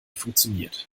funktioniert